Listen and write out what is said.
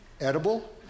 edible